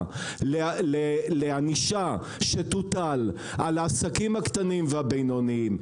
הגבוהה לענישה שתוטל על העסקים הקטנים והבינוניים,